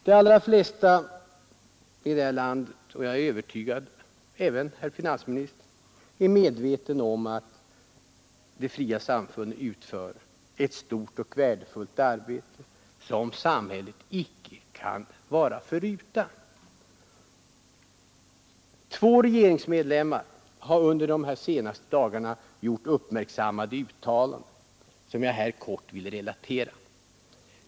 De allra flesta i detta land jag är övertygad om att även finansministern har denna uppfattning är medvetna om att de fria samfunden utför ett stort och värdefullt arbete, som samhället icke kan vara förutan. Två regeringsmedlemmar har under de senaste dagarna gjort uppmärksammade uttalanden, som jag här kort vill relatera.